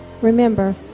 Remember